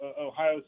Ohio